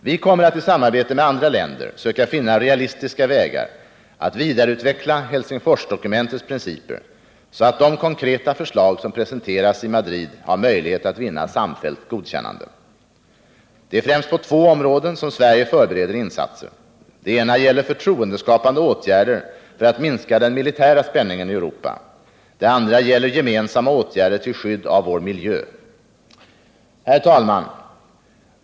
Vi kommer att i samarbete med andra länder söka finna realistiska vägar att vidareutveckla Helsingforsdokumentets principer, så att de konkreta förslag som presenteras i Madrid har möjlighet att vinna samfällt godkännande. Det är främst på två områden som Sverige förbereder insatser. Det ena gäller förtroendeskapande åtgärder för att minska den militära spänningen i Europa. Det andra gäller gemensamma åtgärder till skydd av vår miljö. Herr talman!